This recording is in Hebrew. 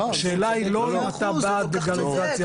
אתה כל כך צודק,